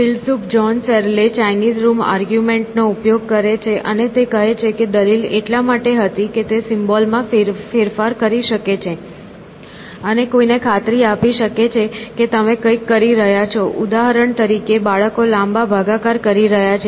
ફિલસૂફ John Searle Chinese room argument નો ઉપયોગ કરે છે અને તે કહે છે કે દલીલ એટલા માટે હતી કે તે સિમ્બોલ માં ફેરફાર કરી શકે છે અને કોઈને ખાતરી આપી શકે છે કે તમે કંઈક કરી રહ્યા છો ઉદાહરણ તરીકે બાળકો લાંબા ભાગાકાર કરી રહ્યા છે